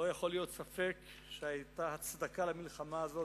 לא יכול להיות ספק שהיתה הצדקה למלחמה הזאת.